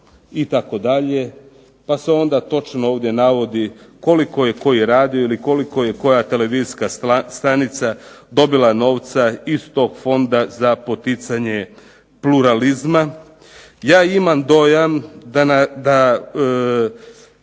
itd., pa se onda točno ovdje navodi koliko je koji radio ili koliko je koja televizijska stanica dobila novca iz tog Fonda za poticanje pluralizma. Ja imam dojam da